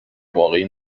واقعی